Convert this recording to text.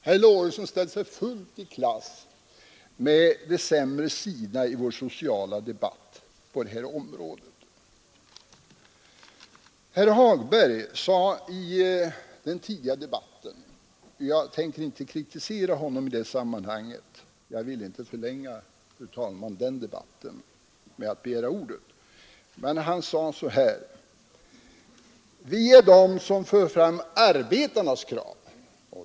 Herr Lorentzon ställde sig fullt i klass med de sämre sidorna av vår sociala debatt på det här området. Herr Hagberg sade i den tidigare debatten — jag tänker inte kritisera honom i det här sammanhanget och jag ville inte heller, fru talman, förlänga den debatten med att begära ordet — ”vi är de som för fram arbetarnas krav”.